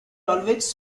always